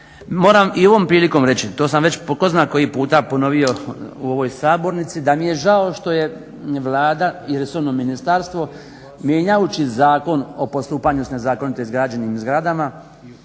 Moram i ovom prilikom reći, to sam već po tko zna koji puta ponovio u ovoj sabornici da mi je žao što je Vlada i resorno ministarstvo mijenjajući Zakon o postupanju s nezakonito izgrađenim zgradama